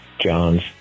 Johns